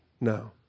no